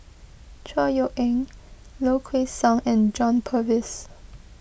Chor Yeok Eng Low Kway Song and John Purvis